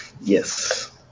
Yes